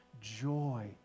joy